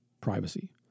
privacy